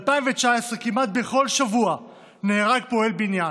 ב-2019 כמעט בכל שבוע נהרג פועל בניין: